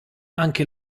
anche